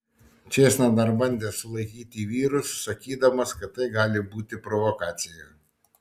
čėsna dar bandė sulaikyti vyrus sakydamas kad tai gali būti provokacija